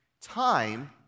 time